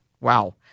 Wow